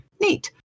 neat